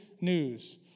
news